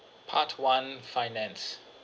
part one finance